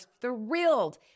thrilled